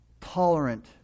tolerant